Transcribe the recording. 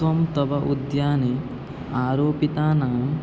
त्वं तव उद्याने आरोपितानां